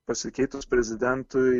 pasikeitus prezidentui